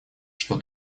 что